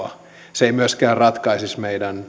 se ei myöskään ratkaisisi meidän